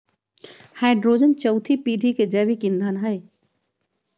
hydrogen चउथी पीढ़ी के जैविक ईंधन हई